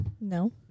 No